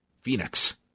Phoenix